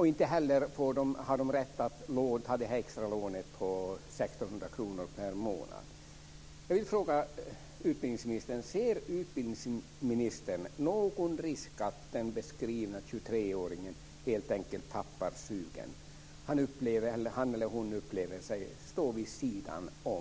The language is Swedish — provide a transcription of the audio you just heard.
Inte heller har de rätt ta extralånet på 1 600 kr per månad. Ser utbildningsministern någon risk att den beskrivna 23-åringen helt enkelt tappar sugen? Han eller hon upplever sig stå vid sidan om.